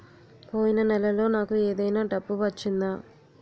పోయిన నెలలో నాకు ఏదైనా డబ్బు వచ్చిందా?